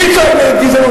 מי צועק נגד גזענות,